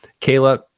Kayla